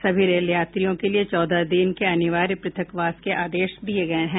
सभी रेल यात्रियों के लिए चौदह दिन के अनिवार्य प्रथकवास के आदेश दिये गये हैं